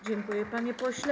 Dziękuję, panie pośle.